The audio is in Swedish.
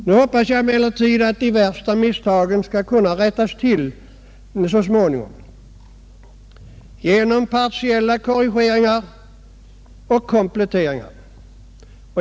Nu hoppas jag emellertid att de värsta misstagen skall kunna rättas till så småningom genom partiella korrigeringar och kompletteringar.